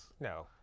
No